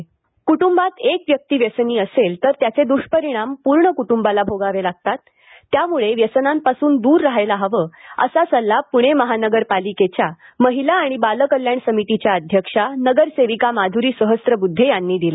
माधरी सहस्रबद्धे कुटुंबात एक व्यक्ती व्यसनी असेल तर त्याचे दुष्परिणाम पूर्ण कुटुंबाला भोगावे लागतात त्यामुळे व्यसनांपासून दूर राहायला हवं असा सल्ला पुणे महानगरपालिकेच्या महिला आणि बालकल्याण समितीच्या अध्यक्षा नगरसेविका माधुरी सहस्रबुद्धे यांनी दिला